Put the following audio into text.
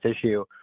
issue